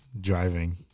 driving